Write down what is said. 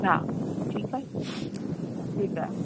हा ठीकु आहे ठीकु आहे